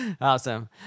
Awesome